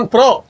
Pro